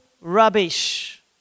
rubbish